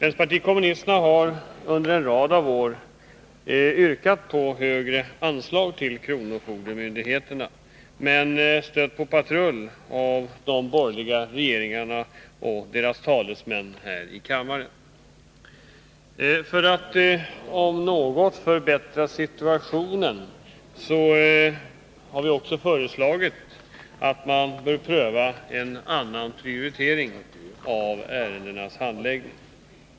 Vpk har under en rad år yrkat på högre anslag till kronofogdemyndigheterna, men stött på patrull hos de borgerliga regeringarna och deras talesmän häri kammaren. För att något förbättra situationen har vi också föreslagit att man skall pröva en annan prioritering av ärendenas handläggning.